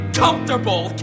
comfortable